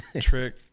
Trick